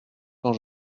quand